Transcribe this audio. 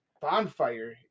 bonfire